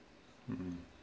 mmhmm